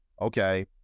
Okay